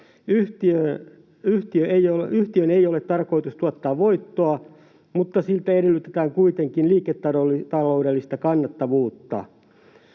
Yhtiön ei ole tarkoitus tuottaa voittoa, mutta siltä edellytetään kuitenkin liiketaloudellista kannattavuutta.